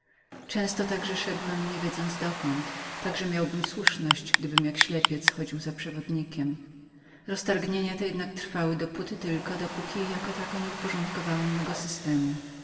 często także szedłem nie wiedząc gdzie tak że miałbym słuszność biorąc przewodnika jakoby dla ślepego roztargnienia te jednak trwały dopóty tylko dopóki nie uporządkowałem mego systemu